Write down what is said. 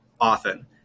often